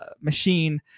machine